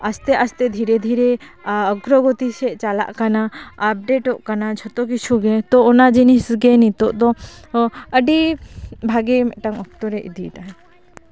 ᱟᱥᱛᱮ ᱟᱥᱛᱮ ᱫᱷᱤᱨᱮ ᱫᱷᱤᱨᱮ ᱚᱜᱽᱨᱚᱜᱚᱛᱤ ᱥᱮᱫ ᱪᱟᱞᱟᱜ ᱠᱟᱱᱟ ᱟᱯᱰᱮᱴᱚᱜ ᱠᱟᱱᱟ ᱡᱷᱚᱛᱚ ᱠᱤᱪᱷᱩ ᱜᱮ ᱛᱚ ᱚᱱᱟ ᱡᱤᱱᱤᱥ ᱜᱮ ᱱᱤᱛᱚᱜ ᱫᱚ ᱟᱹᱰᱤ ᱵᱷᱟᱜᱮ ᱢᱤᱫᱴᱟᱝ ᱚᱠᱛᱚ ᱨᱮ ᱤᱫᱤᱭᱮᱫᱟᱭ